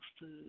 food